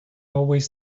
always